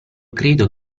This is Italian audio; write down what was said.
credo